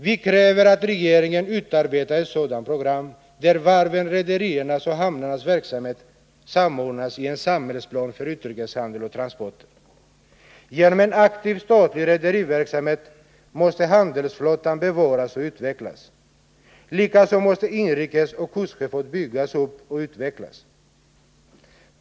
Vi kräver att regeringen utarbetar ett program där varvens, rederiernas och hamnarnas verksamheter samordnas i en samhällsplan för utrikeshandel och transporter. Genom en aktiv statlig rederiverksamhet måste handelsflottan bevaras och utvecklas, likaså måste inrikesoch kustsjöfarten byggas upp och utvecklas.